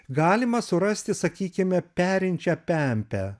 galima surasti sakykime perinčią pempę